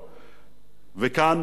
וכאן הפנייה,